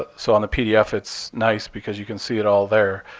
ah so on the pdf it's nice because you can see it all there.